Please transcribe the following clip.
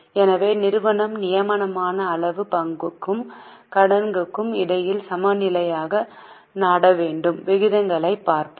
எனவே நிறுவனம் நியாயமான அளவு பங்குக்கும் கடனுக்கும் இடையில் சமநிலையை நாட வேண்டும் விகிதங்களைப் பார்ப்போம்